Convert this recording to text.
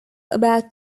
about